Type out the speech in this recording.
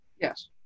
Yes